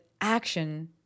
action